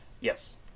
Yes